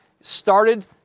started